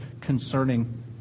concerning